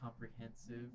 Comprehensive